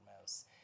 mouse